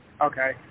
Okay